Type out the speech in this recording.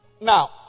Now